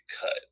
cut